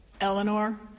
Eleanor